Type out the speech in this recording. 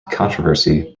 controversy